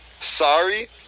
sorry